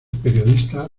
periodista